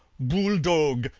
bouldogue,